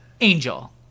angel